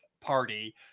party